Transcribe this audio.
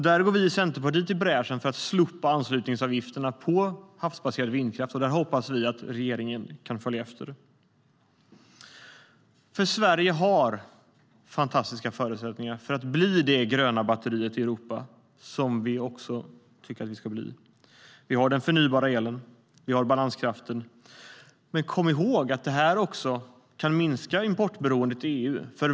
Där går vi i Centerpartiet i bräschen för att slopa anslutningsavgifterna för havsbaserad vindkraft. Vi hoppas att regeringen kan följa efter. Sverige har fantastiska förutsättningar för att bli det gröna batteriet i Europa, som vi också tycker att Sverige ska bli. Vi har den förnybara elen. Vi har balanskraften. Men kom ihåg att det här också kan minska importberoendet i EU.